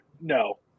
No